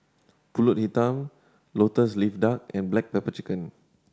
Pulut Hitam Lotus Leaf Duck and black pepper chicken